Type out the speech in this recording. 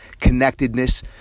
connectedness